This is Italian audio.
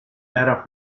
era